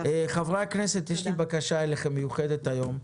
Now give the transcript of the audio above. חברי הכנסת, יש לי אליכם בקשה מיוחדת היום.